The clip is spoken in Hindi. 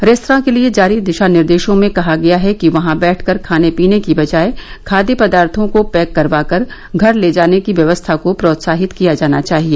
रेस्त्रां के लिए जारी दिशा निर्देशों में कहा गया है कि वहां बैठकर खाने पीने की बजाय खाद्य पदार्थों को पैक करवाकर घर ले जाने की व्यवस्था को प्रोत्साहित किया जाना चाहिए